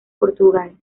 portugal